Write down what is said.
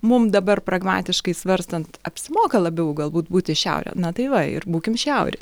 mum dabar pragmatiškai svarstant apsimoka labiau galbūt būti šiaure na tai va ir būkim šiaurė